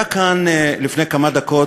היה כאן לפני כמה דקות,